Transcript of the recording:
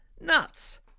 Nuts